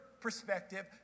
perspective